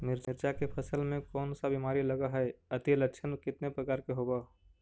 मीरचा के फसल मे कोन सा बीमारी लगहय, अती लक्षण कितने प्रकार के होब?